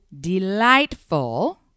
delightful